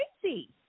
crazy